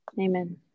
Amen